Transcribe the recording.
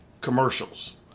commercials